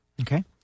Okay